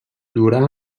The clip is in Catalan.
durà